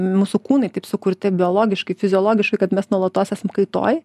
mūsų kūnai taip sukurti biologiškai fiziologiškai kad mes nuolatos esam kaitoj